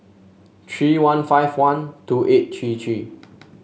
three one five one two eight three three